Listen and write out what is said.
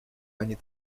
они